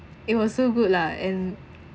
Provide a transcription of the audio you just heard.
it was so good lah and